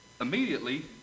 immediately